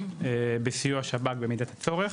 בסיוע שב"כ במידת הצורך,